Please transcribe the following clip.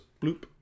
bloop